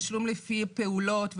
תשלום לפי פעולות.